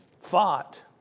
fought